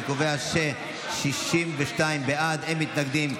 אני קובע ש-62 בעד ואין מתנגדים,